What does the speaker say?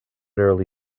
early